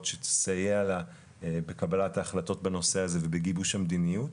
שתסייע לקבלת ההחלטות בנושא הזה ובגיבוש המדיניות,